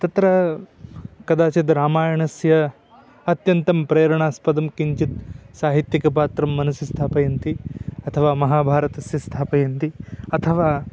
तत्र कदाचिद् रामायणस्य अत्यन्तं प्रेरणास्पदं किञ्चिद् साहित्यिकपात्रं मनसि स्थापयन्ति अथवा महाभारतस्य स्थापयन्ति अथवा